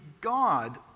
God